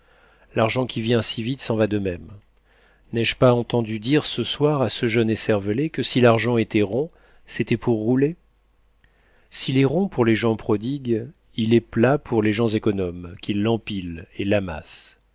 l'argent qui vient si vite s'en va de même n'ai-je pas entendu dire ce soir à ce jeune écervelé que si l'argent était rond c'était pour rouler s'il est rond pour les gens prodigues il est plat pour les gens économes qui l'empilent et l'amassent